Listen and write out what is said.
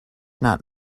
not